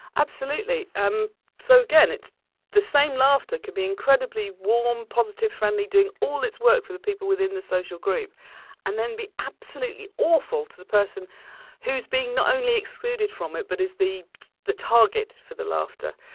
absolutely. um so again, it's the same laughter can be incredibly warm, positive, friendly, doing all its work for the people within the social group and then be absolutely awful to the person who's being not only excluded from it but is the the target for the laughter.